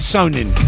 Sonin